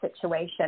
situation